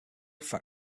factory